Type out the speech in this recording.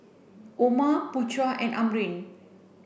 Omar Putra and Amrin